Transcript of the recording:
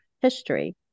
history